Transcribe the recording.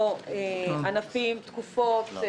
תקופות,